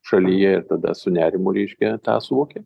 šalyje ir tada su nerimu reiškia tą suvoki